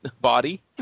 body